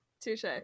Touche